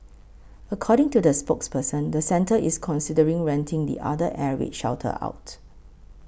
according to the spokesperson the centre is considering renting the other air raid shelter out